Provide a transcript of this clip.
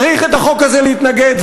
לחוק הזה צריך להתנגד.